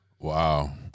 Wow